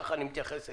כך אני מתייחס אליה,